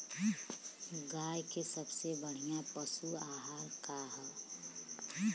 गाय के सबसे बढ़िया पशु आहार का ह?